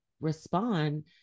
respond